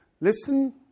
listen